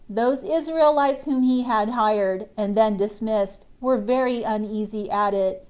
those israelites whom he had hired, and then dismissed, were very uneasy at it,